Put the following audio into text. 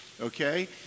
Okay